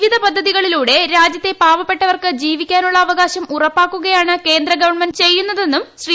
വിവിധ പദ്ധതികളിലൂടെ രാജ്യത്തെ പാവപ്പെട്ടവർക്ക് ജീവിക്കാ നുള്ള അവകാശം ഉറപ്പാക്കുകയാണ് കേന്ദ്രഗവൺമെന്റ് ചെയ്യുന്ന തെന്നും ശ്രീ